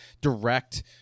direct